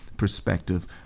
perspective